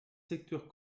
secteurs